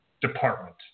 department